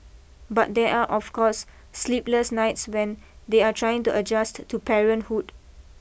but there are of course sleepless nights when they are trying to adjust to parenthood